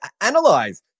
analyze